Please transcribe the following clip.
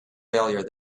failure